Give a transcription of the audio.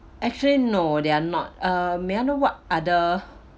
actually no they are not uh may I know what other